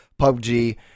PUBG